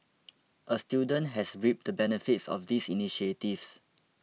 a student has reaped the benefits of these initiatives